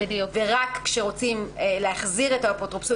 ורק כשרוצים להחזיר את האפוטרופוסות